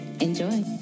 enjoy